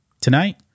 tonight